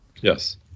Yes